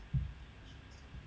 mm